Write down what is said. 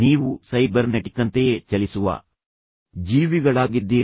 ನೀವು ಸೈಬರ್ನೆಟಿಕ್ನಂತೆಯೇ ಚಲಿಸುವ ಜೀವಿಗಳಾಗಿದ್ದೀರಿ